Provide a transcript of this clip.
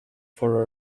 for